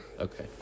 Okay